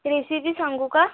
recipe सांगू का